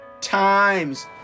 times